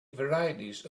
varieties